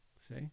see